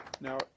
Now